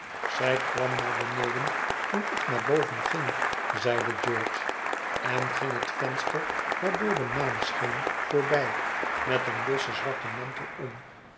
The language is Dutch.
zij kwam naar beneden toen ik naar boven ging zeide george en ging het venster waardoor de maan scheen voorbij met een lossen zwarten mantel om